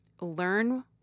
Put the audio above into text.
learn